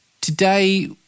Today